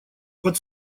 под